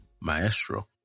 Maestro